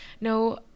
no